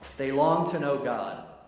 they long to know god.